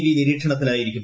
V നിരീക്ഷണത്തിലായിരിക്കും